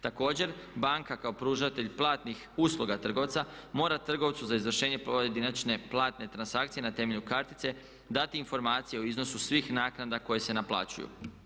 Također banka kao pružatelj platnih usluga trgovca mora trgovcu za izvršenje pojedinačne platne transakcije na temelju kartice dati informacije o iznosu svih naknada koje se naplaćuju.